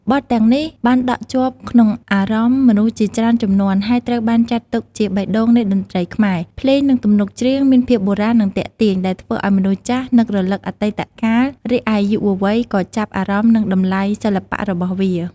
បទទាំងនេះបានដក់ជាប់ក្នុងអារម្មណ៍មនុស្សជាច្រើនជំនាន់ ហើយត្រូវបានចាត់ទុកជាបេះដូងនៃតន្ត្រីខ្មែរ ភ្លេងនិងទំនុកច្រៀងមានភាពបុរាណនិងទាក់ទាញ ដែលធ្វើឱ្យមនុស្សចាស់នឹករលឹកអតីតកាល រីឯយុវវ័យក៏ចាប់អារម្មណ៍នឹងតម្លៃសិល្បៈរបស់វា។